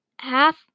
half